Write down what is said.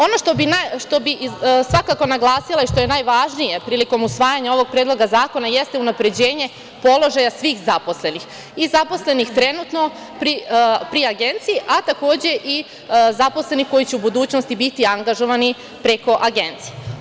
Ono što bih svakako naglasila i što je najvažnije prilikom usvajanja ovog predloga zakona jeste unapređenje položaja svih zaposlenih i zaposlenih trenutno pri agenciji, a takođe i zaposlenih koji će u budućnosti biti angažovani preko agencije.